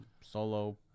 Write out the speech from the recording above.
solo